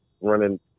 running